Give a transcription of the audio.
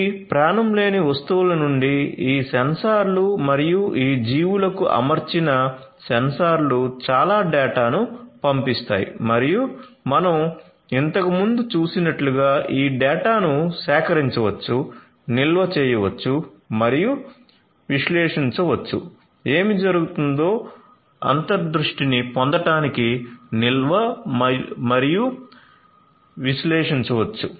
ఈ ప్రాణములేని వస్తువుల నుండి ఈ సెన్సార్లు మరియు ఈ జీవులకు అమర్చిన సెన్సార్లు చాలా డేటాను పంపిస్తాయి మరియు మనం ఇంతకుముందు చూసినట్లుగా ఈ డేటాను సేకరించవచ్చు నిల్వ చేయవచ్చు మరియు విశ్లేషించవచ్చు ఏమి జరుగుతుందో అంతర్దృష్టిని పొందడానికి నిల్వ మరియు విశ్లేషించవచ్చు